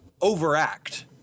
overact